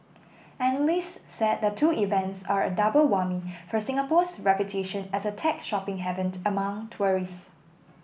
analysts said the two events are a double whammy for Singapore's reputation as a tech shopping haven among tourists